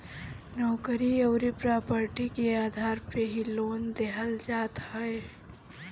नोकरी अउरी प्रापर्टी के आधार पे ही लोन देहल जात हवे